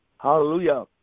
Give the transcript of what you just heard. Hallelujah